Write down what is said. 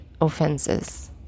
offenses